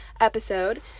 episode